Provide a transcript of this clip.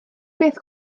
beth